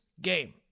game